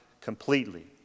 completely